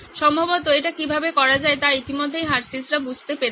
সম্ভবত এটি কীভাবে করা যায় তা ইতিমধ্যেই হার্শিস্রা বুঝতে পেরেছেন